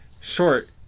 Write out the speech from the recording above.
Short